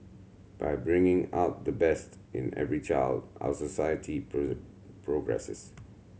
by bringing out the best in every child our society progresses